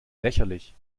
lächerlich